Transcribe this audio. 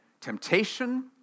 temptation